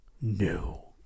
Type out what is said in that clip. No